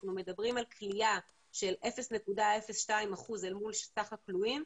אנחנו מדברים על כליאה של 0.02% אל מול סך הכלואים,